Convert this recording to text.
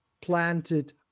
planted